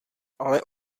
ale